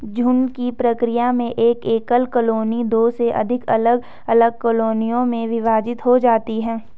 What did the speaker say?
झुंड की प्रक्रिया में एक एकल कॉलोनी दो से अधिक अलग अलग कॉलोनियों में विभाजित हो जाती है